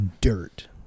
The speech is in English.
dirt